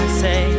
say